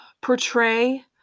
portray